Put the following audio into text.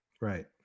right